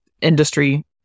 industry